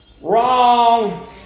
Wrong